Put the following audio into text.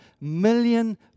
million